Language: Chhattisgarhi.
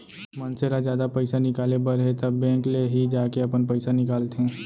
मनसे ल जादा पइसा निकाले बर हे त बेंक ले ही जाके अपन पइसा निकालंथे